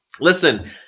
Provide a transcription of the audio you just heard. listen